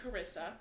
Carissa